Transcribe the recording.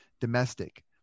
domestic